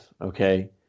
Okay